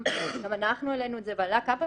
גם אנחנו העלינו את זה ועלה כמה פעמים